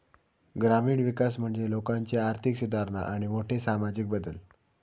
ग्रामीण विकास म्हणजे लोकांची आर्थिक सुधारणा आणि मोठे सामाजिक बदल